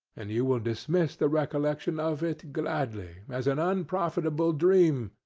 and you will dismiss the recollection of it, gladly, as an unprofitable dream,